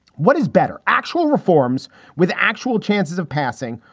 what is better? actual reforms with actual chances of passing?